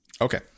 Okay